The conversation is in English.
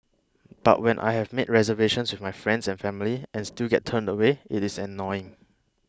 but when I have made reservations with my friends and family and still get turned away it is annoying